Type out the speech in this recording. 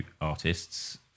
artists